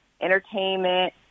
entertainment